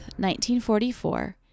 1944